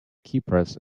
keypress